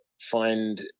find